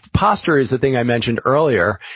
posture is the thing i mentioned earlier.